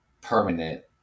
permanent